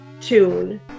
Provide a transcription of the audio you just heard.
tune